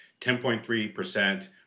10.3%